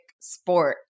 sport